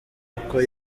maboko